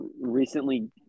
recently